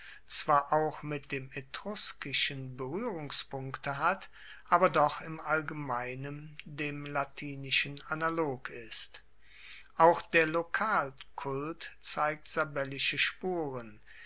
zwar auch mit dem etruskischen beruehrungspunkte hat aber doch im allgemeinen dem latinischen analog ist auch der lokalkult zeigt sabellische spuren